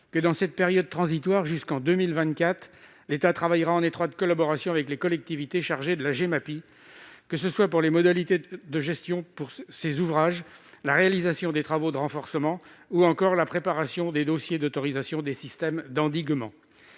:« Dans cette période transitoire jusqu'à 2024, l'État travaille en étroite collaboration avec les collectivités chargées de la Gemapi, que ce soit pour les modalités de gestion de ces ouvrages, la réalisation de travaux de renforcement ou encore la préparation des dossiers d'autorisation de systèmes d'endiguement.